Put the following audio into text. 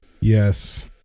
Yes